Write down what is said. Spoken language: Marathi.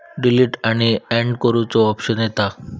डिलीट आणि अँड करुचो ऑप्शन येता